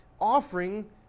offering